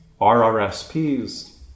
RRSPs